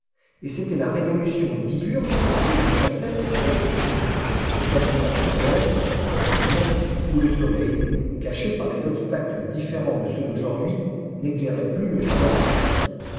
et c'était la révolution diurne qui l'en chassait à heure fixe c'est-à-dire à l'heure probablement où le soleil caché par des obstacles différents de ceux d'aujourd'hui n'éclairait plus le jardin de passy